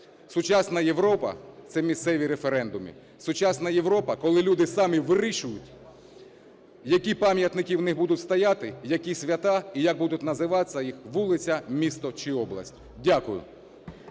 Сучасна Європа – це місцеві референдуми. Сучасна Європа – коли люди самі вирішують, які пам'ятники у них будуть стояти, які свята і як будуть називатись їх вулиця, місто чи область. Дякую.